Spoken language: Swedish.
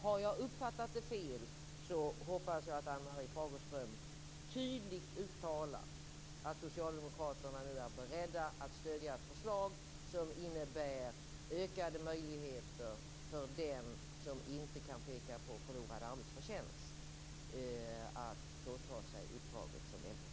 Har jag uppfattat det fel hoppas jag att Ann-Marie Fagerström tydligt uttalar att Socialdemokraterna nu är beredda att stödja ett förslag som innebär ökade möjligheter för den som inte kan peka på förlorad arbetsförtjänst att ta på sig uppdraget som nämndeman.